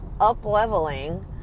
up-leveling